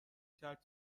کرد